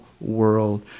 world